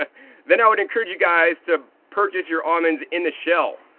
ah then i would encourage you guys to purchase your almonds in the shell.